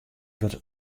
wurdt